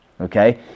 Okay